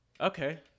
Okay